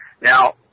Now